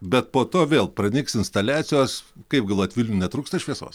bet po to vėl pranyks instaliacijos kaip galvojat vilniui netrūksta šviesos